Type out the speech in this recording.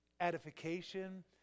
Edification